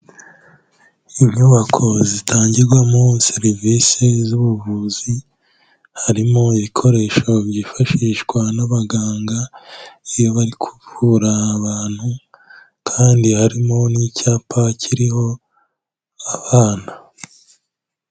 Inyubako zitangirwamo serivisi z'ubuvuzi, harimo ibikoresho byifashishwa n'abaganga iyo bari kuvura abantu kandi harimo n'icyapa kiriho abana.